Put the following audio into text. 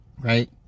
Right